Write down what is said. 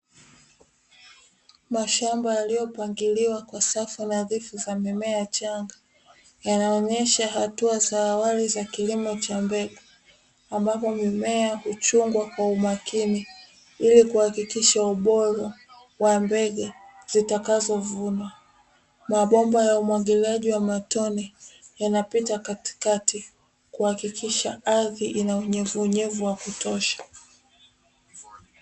Mashamba yaliyopangiliwa kwa safu nadhifu za mimea changa yanaonyesha hatua za awali za kilimo cha mbegu ambapo mimea huchungwa kwa umakini ili kuhakikisha ubora wa mbegu zitakazo vunwa. Mabomba ya umwagiliaji wa matone yanapita katikati kuhakikisha ardhi ina unyevu unyevu wa kutosha.